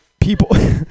people